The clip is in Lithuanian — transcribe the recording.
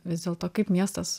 vis dėlto kaip miestas